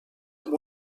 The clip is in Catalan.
amb